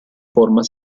forma